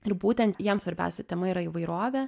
ir būtent jiem svarbiausia tema yra įvairovė